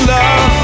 love